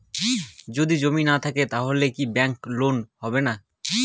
যদি জমি না থাকে তাহলে কি ব্যাংক লোন হবে না?